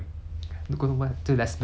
!wah! 我就 like what the